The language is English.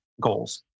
goals